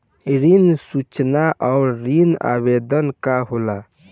ऋण सूचना और ऋण आवेदन का होला?